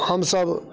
हमसभ